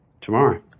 tomorrow